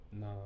No